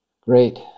Great